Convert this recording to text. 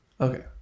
Okay